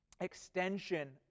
extension